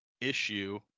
issue